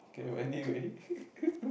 K anyway